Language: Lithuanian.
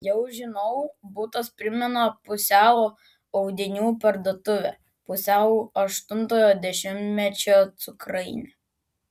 jau žinau butas primena pusiau audinių parduotuvę pusiau aštuntojo dešimtmečio cukrainę